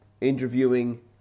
interviewing